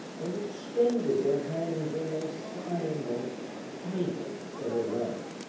and extended their hands in a sign of final farewell.